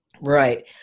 Right